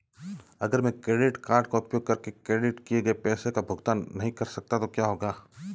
अगर मैं credit card का उपयोग करके क्रेडिट किए गए पैसे का भुगतान नहीं कर सकता तो क्या होगा?